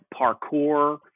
parkour